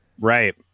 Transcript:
Right